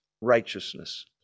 righteousness